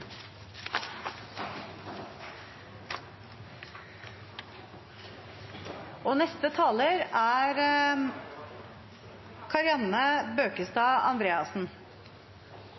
neste taler er Kari Anne Bøkestad Andreassen.